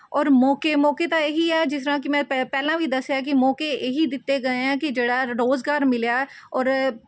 ਔਰ ਮੌਕੇ ਮੌਕੇ ਤਾਂ ਇਹੀ ਹੈ ਜਿਸ ਤਰ੍ਹਾਂ ਕਿ ਮੈਂ ਪੈ ਪਹਿਲਾਂ ਵੀ ਦੱਸਿਆ ਕਿ ਮੌਕੇ ਇਹੀ ਦਿੱਤੇ ਗਏ ਹੈ ਕਿ ਜਿਹੜਾ ਰੁਜ਼ਗਾਰ ਮਿਲਿਆ ਔਰ